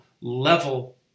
level